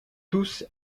tous